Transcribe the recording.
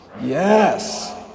yes